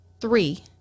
Three